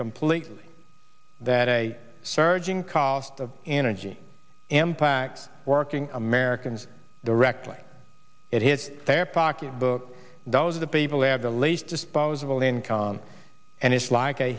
completely that a surging cost of energy impacts working americans directly it hits their pocketbook those are the people who have the least disposable income and it's like a